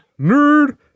Nerd